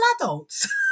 adults